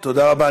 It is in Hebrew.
תודה רבה.